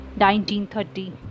1930